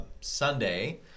Sunday